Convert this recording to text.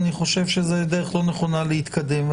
אני חושב שזו דרך לא נכונה להתקדם.